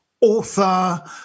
author